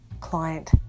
client